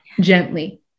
gently